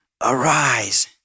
Arise